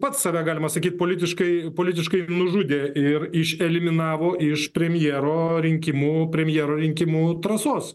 pats save galima sakyt politiškai politiškai nužudė ir išeliminavo iš premjero rinkimų premjero rinkimų trasos